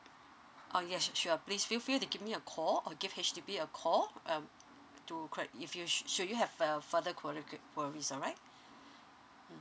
oh ya sure please feel feel they give me a call I'll give H_D_B a call uh do quite if you should you have a father korean creeper reason right mm